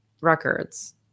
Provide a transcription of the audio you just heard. records